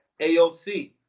AOC